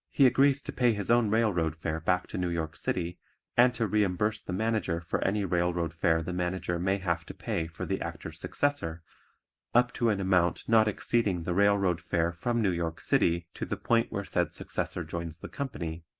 he agrees to pay his own railroad fare back to new york city and to reimburse the manager for any railroad fare the manager may have to pay for the actor's successor up to an amount not exceeding the railroad fare from new york city to the point where said successor joins the company,